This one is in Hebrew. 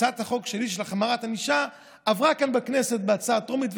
הצעת החוק שלי להחמרת ענישה עברה כאן בכנסת בקריאה טרומית,